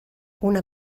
una